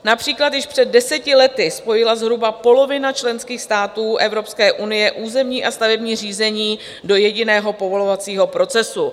Například již před deseti lety spojila zhruba polovina členských států Evropské unie územní a stavební řízení do jediného povolovacího procesu.